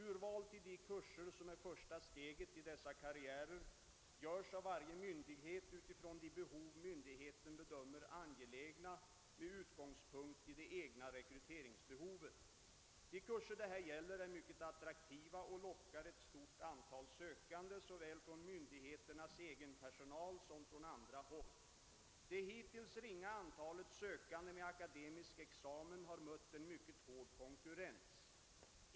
Urval till de kurser som är första steget i dessa karriärer görs av varje myndighet utifrån de behov myndigheten bedömer angelägna med utgångspunkt i det egna rekryteringsbehovet. De kurser det här gäller är mycket attraktiva och lockar ett stort antal sökande såväl från myndigheternas egen personal som från andra håll. Det hittills ringa antalet sökande med akademisk examen har mött en mycket hård konkurrens.